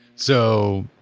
so,